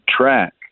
track